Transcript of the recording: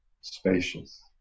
spacious